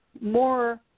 more